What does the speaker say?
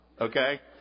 Okay